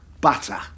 butter